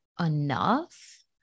enough